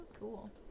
Cool